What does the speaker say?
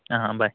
bye